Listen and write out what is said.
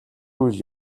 үйл